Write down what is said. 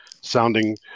sounding